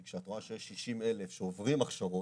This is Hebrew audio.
כי כשאת רואה שיש 60,000 שעוברים הכשרות,